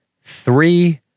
three